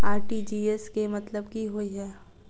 RTGS केँ मतलब की होइ हय?